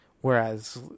whereas